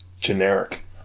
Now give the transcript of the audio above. generic